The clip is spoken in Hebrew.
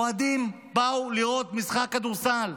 אוהדים באו לראות משחק כדורסל.